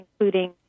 including